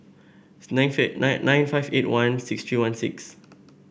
nine nine nine five eight one six three one six